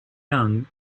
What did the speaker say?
young